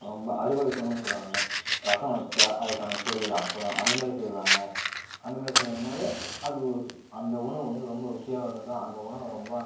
ரொம்ப அறுவகை சுவைன்னு சொல்லுவாங்கள்ல ரசம் வச்சால் அதுக்கான பொரியல் அப்பளம் அந்த மாரி செய்வாங்க அந்த மாரி செய்யும் போது அது ஒரு அந்த உணவு வந்து ருசியாகவும் இருக்கும் அந்த உணவு ரொம்ப